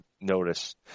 notice